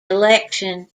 election